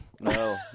No